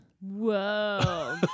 Whoa